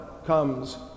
comes